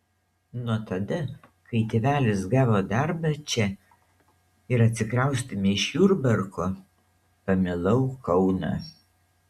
nuo tada kai tėvelis gavo darbą čia ir atsikraustėme iš jurbarko pamilau kauną